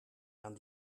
aan